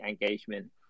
engagement